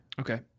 Okay